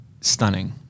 stunning